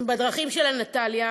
בדרכים של אנטליה,